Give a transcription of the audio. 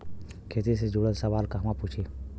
खेती से जुड़ल सवाल कहवा पूछी?